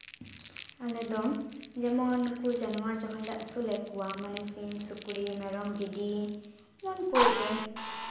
ᱟᱞᱮ ᱫᱚ ᱡᱮᱢᱚᱱ ᱱᱩᱠᱩ ᱡᱟᱱᱣᱟᱨ ᱡᱟᱦᱟᱸ ᱞᱮ ᱟᱹᱥᱩᱞᱮᱜ ᱠᱚᱣᱟ ᱢᱟᱱᱮ ᱥᱤᱢ ᱥᱩᱠᱨᱤ ᱢᱮᱨᱚᱢ ᱵᱷᱤᱰᱤ ᱩᱱᱠᱩᱡ ᱜᱮ